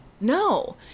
no